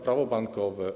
Prawo bankowe.